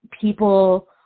people